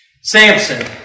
Samson